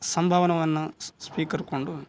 ಸಂಭಾವನೆಯನ್ನು ಸ್ವೀಕರ್ಸ್ಕೊಂಡು